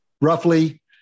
roughly